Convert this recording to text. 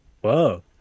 Whoa